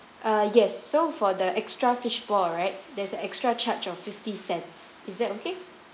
uh yes so for the extra fishball right there's an extra charge of fifty cents is that okay